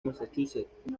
massachusetts